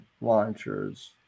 launchers